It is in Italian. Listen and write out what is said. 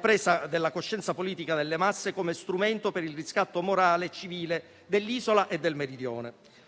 presa di coscienza politica delle masse come strumento per il riscatto morale e civile dell'Isola e del meridione.